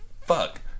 fuck